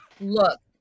look